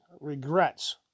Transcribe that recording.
regrets